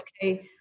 okay